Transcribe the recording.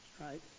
right